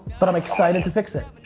but i'm excited to fix it. i